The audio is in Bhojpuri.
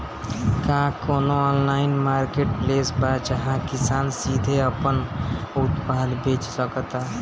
का कोनो ऑनलाइन मार्केटप्लेस बा जहां किसान सीधे अपन उत्पाद बेच सकता?